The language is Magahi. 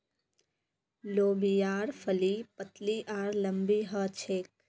लोबियार फली पतली आर लम्बी ह छेक